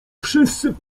wszyscy